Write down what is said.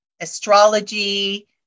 astrology